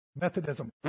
Methodism